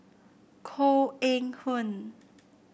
Koh Eng Hoon